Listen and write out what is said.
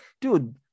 Dude